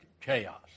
chaos